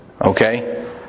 Okay